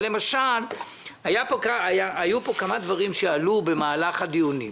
היו פה כמה דברים שעלו במהלך הדיונים.